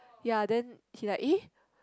ya then he like eh